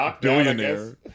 billionaire